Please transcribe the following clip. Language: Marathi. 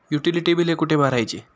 युटिलिटी बिले कुठे भरायची?